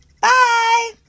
Bye